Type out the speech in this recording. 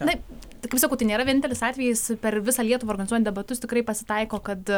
tai kaip sakautai nėra vienintelis atvejis per visą lietuvą organizuojant debatus tikrai pasitaiko kad